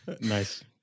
Nice